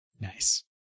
Nice